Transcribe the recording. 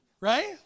Right